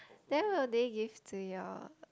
then will they give to your